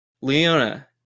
Leona